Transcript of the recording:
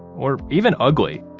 or even ugly.